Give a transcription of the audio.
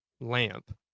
lamp